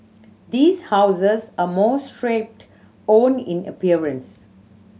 these houses are more stripped own in appearance